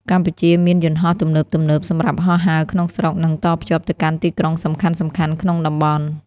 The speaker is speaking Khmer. កម្ពុជាមានយន្តហោះទំនើបៗសម្រាប់ហោះហើរក្នុងស្រុក និងតភ្ជាប់ទៅកាន់ទីក្រុងសំខាន់ៗក្នុងតំបន់។